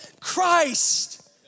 Christ